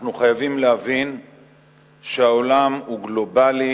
אנחנו חייבים להבין שהעולם הוא גלובלי,